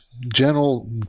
general